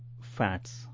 fats